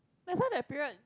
just now that period